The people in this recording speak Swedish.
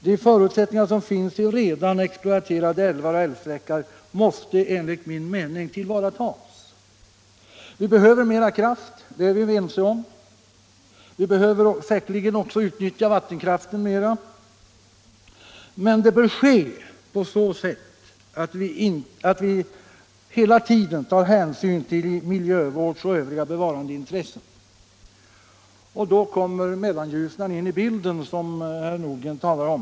De förutsättningar som finns i redan exploaterade älvar och älvsträckor måste enligt min mening tillvaratas.” Vi behöver mera kraft, det är vi ense om. Vi behöver säkerligen också utnyttja vattenkraften mer. Men det bör ske på så sätt att vi hela tiden tar hänsyn till miljövårds och övriga bevarandeintressen. Då kommer Mellanljusnan in i bilden, som herr Nordgren talar om.